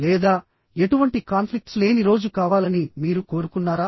లేదా ఎటువంటి కాన్ఫ్లిక్ట్స్ లేని రోజు కావాలని మీరు కోరుకున్నారా